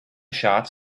shots